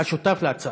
אתה שותף להצעה.